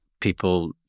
people